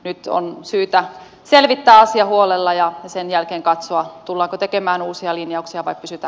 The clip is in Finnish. nyt on syytä selvittää asia huolella ja sen jälkeen katsoa tullaanko tekemään uusia linjauksia vai sitä